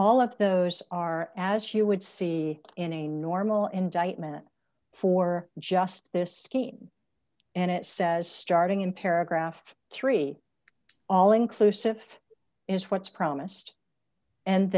all of those are as you would see in a normal indictment for just this and it says starting in paragraph three all inclusive is what's promised and